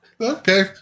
Okay